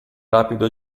rapido